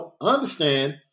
understand